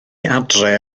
adre